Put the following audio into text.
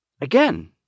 Again